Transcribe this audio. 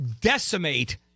decimate